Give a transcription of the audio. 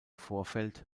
vorfeld